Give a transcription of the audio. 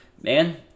man